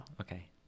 Okay